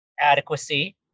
adequacy